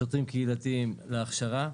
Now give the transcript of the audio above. שוטרים קהילתיים, להכשרה.